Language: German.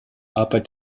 arbeit